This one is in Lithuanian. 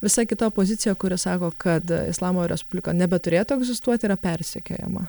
visai kita opozicija kuri sako kad islamo respublika nebeturėtų egzistuoti yra persekiojama